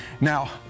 Now